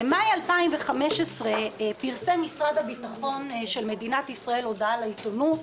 במאי 2015 פרסם משרד הביטחון של מדינת ישראל הודעה לעיתונות,